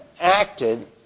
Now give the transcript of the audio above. acted